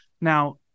now